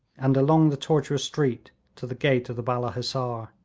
and along the tortuous street to the gate of the balla hissar.